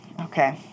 Okay